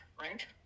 right